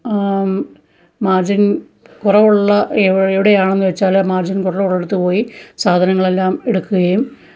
margin കുറവുള്ള എ എവിടെയാണെന്ന് വച്ചാല് മാർജ്ജിൻ കുറവുള്ളടത്ത് പോയി സാധനങ്ങളെല്ലാം എടുക്കുകയും